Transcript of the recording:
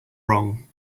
wrong